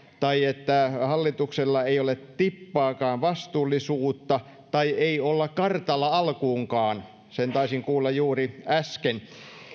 tai hallituksella ei ole tippaakaan vastuullisuutta tai ei olla kartalla alkuunkaan sen taisin kuulla juuri äsken